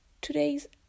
today's